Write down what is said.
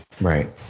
Right